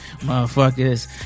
motherfuckers